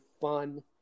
fun